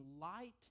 light